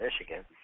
Michigan